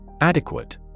Adequate